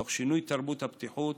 תוך שינוי תרבות הבטיחות